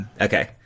Okay